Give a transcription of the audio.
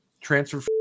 Transfer